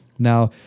Now